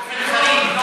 באופן חריג.